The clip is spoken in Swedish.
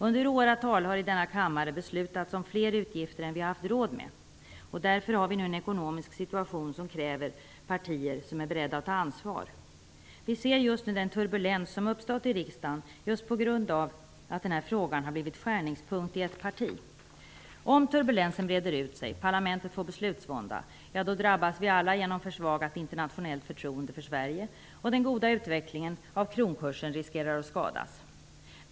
Under åratal har i denna kammare beslutats om fler utgifter än vi haft råd med, och därför har vi nu en ekonomisk situation som kräver partier som är beredda att ta ansvar. Den turbulens som nu uppstått i riksdagen beror just på att denna fråga blivit skärningspunkten i ett parti. Om turbulensen breder ut sig och parlamentet får beslutsvånda, drabbas vi alla genom försvagat internationellt förtroende för Sverige. Den goda utvecklingen av kronkursen riskerar då att skadas.